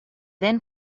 then